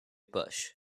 bush